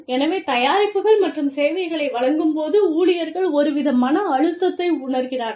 எனவே தயாரிப்புகள் மற்றும் சேவைகளை வழங்கும்போது ஊழியர்கள் ஒருவித மன அழுத்தத்தை உணர்கிறார்கள்